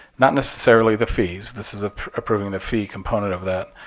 not necessarily the fees this is ah approving the fee component of that.